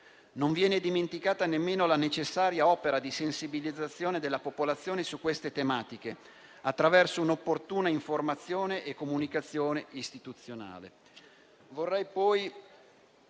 Non viene dimenticata nemmeno la necessaria opera di sensibilizzazione della popolazione su queste tematiche attraverso un'opportuna informazione e comunicazione istituzionale.